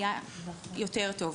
היה יותר טוב.